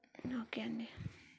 okay అండి